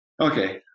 Okay